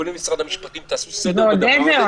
אני פונה למשרד המשפטים: תעשו סדר בדבר הזה,